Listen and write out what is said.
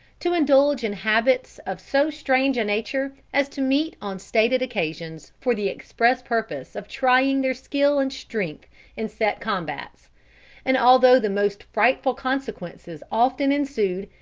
to indulge in habits of so strange a nature as to meet on stated occasions for the express purpose of trying their skill and strength in set combats and although the most frightful consequences often ensued,